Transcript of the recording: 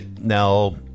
Now